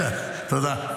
תודה.